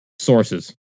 Sources